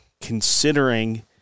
considering